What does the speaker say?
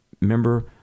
remember